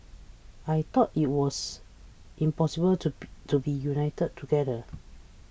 I thought it was impossible to be to be united together